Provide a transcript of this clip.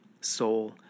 soul